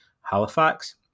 Halifax